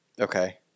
Okay